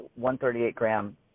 138-gram